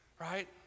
right